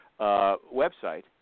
website